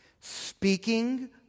Speaking